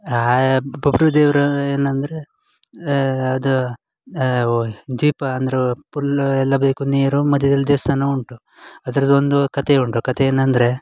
ಆ ಬಬ್ರು ದೇವರು ಏನಂದರೆ ಅದು ವ ದೀಪ ಅಂದ್ರೆ ಪುಲ್ಲು ಎಲ್ಲ ಬೇಕು ನೀರು ಮಧ್ಯದಲ್ಲಿ ದೇವಸ್ಥಾನ ಉಂಟು ಅದ್ರದು ಒಂದು ಕತೆ ಉಂಟು ಕತೆ ಏನಂದರೆ